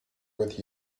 with